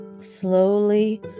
slowly